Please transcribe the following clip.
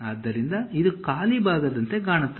ಆದ್ದರಿಂದ ಇದು ಖಾಲಿ ಭಾಗದಂತೆ ಕಾಣುತ್ತದೆ